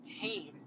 tame